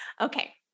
Okay